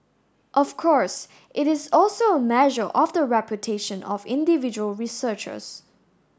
of course it is also a measure of the reputation of individual researchers